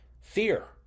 Fear